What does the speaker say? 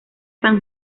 san